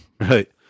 right